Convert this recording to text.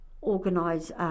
organise